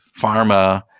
pharma